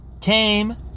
came